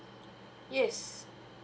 yes